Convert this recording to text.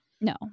No